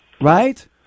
right